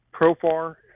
Profar